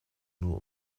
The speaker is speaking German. nur